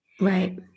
right